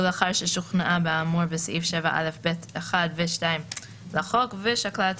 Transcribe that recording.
ולאחר ששוכנעה באמור בסעיף 7א(ב)(1) ו-(2) לחוק ושקלה את